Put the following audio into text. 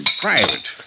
Private